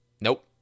nope